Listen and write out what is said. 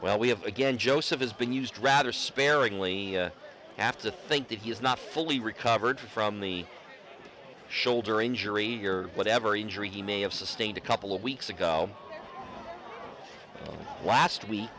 well we have again joseph has been used rather sparingly have to think that he is not fully recovered from the shoulder injury or whatever injury he may have sustained a couple of weeks ago last week